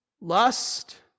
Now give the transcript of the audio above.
lust